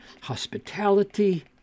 hospitality